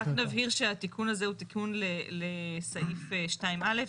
רק נבהיר שהתיקון הזה הוא תיקון לסעיף 2(א).